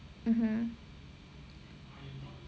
mm mm